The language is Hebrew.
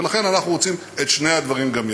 ולכן, אנחנו רוצים את שני הדברים גם יחד.